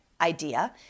idea